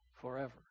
forever